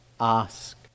ask